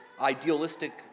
idealistic